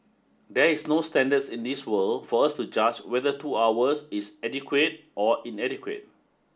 there is no standards in this world for us to judge whether two hours is adequate or inadequate